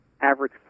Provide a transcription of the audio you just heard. Average